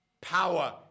power